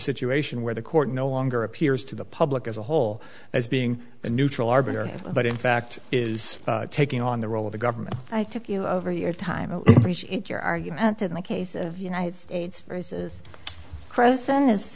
situation where the court no longer appears to the public as a whole as being a neutral arbiter but in fact is taking on the role of the government i took you over your time your argument in the case of united states versus frozen is